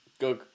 go